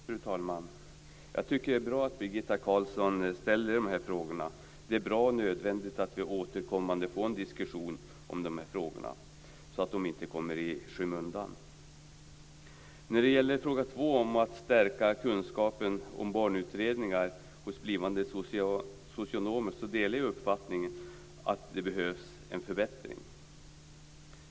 Fru talman! Jag tycker att det är bra att Birgitta Carlsson har ställt de här frågorna. Det är nödvändigt att vi återkommande får en diskussion om de här spörsmålen, så att de inte kommer i skymundan. Vad gäller fråga 2, om att stärka kunskapen om barnutredningar hos blivande socionomer, delar jag uppfattningen att det behövs en förbättring.